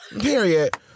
Period